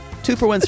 Two-for-one